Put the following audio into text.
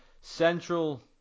Central